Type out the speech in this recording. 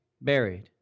buried